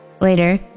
Later